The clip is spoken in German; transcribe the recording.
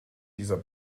dieser